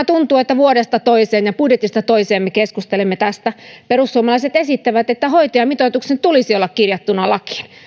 tuntuu että vuodesta toiseen ja budjetista toiseen me keskustelemme tästä perussuomalaiset esittävät että hoitajamitoituksen tulisi olla kirjattuna lakiin